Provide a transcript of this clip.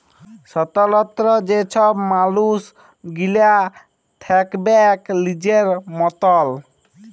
স্বতলত্র যে ছব মালুস গিলা থ্যাকবেক লিজের মতল